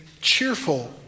cheerful